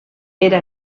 era